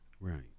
Right